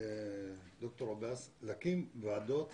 ד"ר עבאס, להקים ועדות